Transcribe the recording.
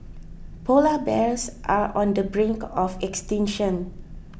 Polar Bears are on the brink of extinction